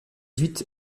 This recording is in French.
huit